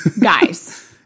guys